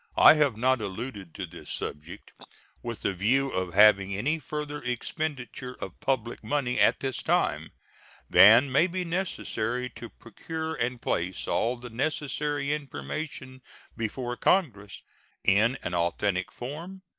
i have not alluded to this subject with the view of having any further expenditure of public money at this time than may be necessary to procure and place all the necessary information before congress in an authentic form,